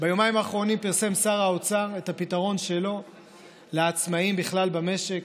ביומיים האחרונים פרסם שר האוצר את הפתרון שלו לעצמאים בכלל במשק,